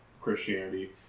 Christianity